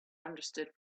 understood